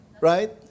right